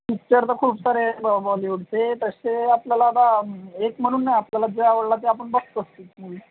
picture तर खूप सारे बॉलीवूडचे तसे आपल्याला आता एक म्हणून नाहीआपल्याला जे आवडला ते आपण बघतोच ती मूवी